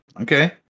Okay